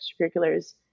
extracurriculars